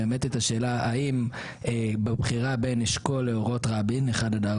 בבחירה בין אשכול לבין אורות רבין 1-4,